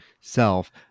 self